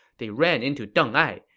they ran into deng ai.